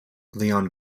leon